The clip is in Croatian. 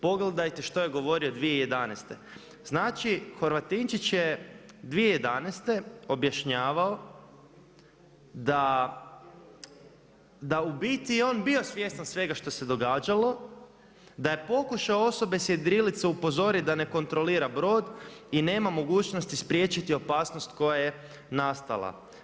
Pogledajte što je govorio 2011.“ Znači, Horvatinčić je 2011. objašnjavao da u biti je on bio svjestan svega što događalo, da je pokušao osobe s jedrilice upozoriti da ne kontrolira brod i nema mogućnost spriječiti opasnost koja je nastala.